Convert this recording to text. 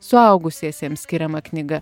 suaugusiesiems skiriama knyga